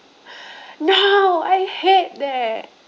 no I hate that